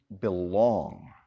belong